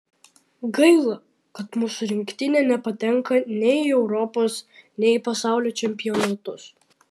gaila kad mūsų rinktinė nepatenka nei į europos nei į pasaulio čempionatus